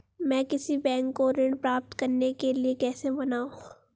मैं किसी बैंक को ऋण प्राप्त करने के लिए कैसे मनाऊं?